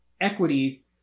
equity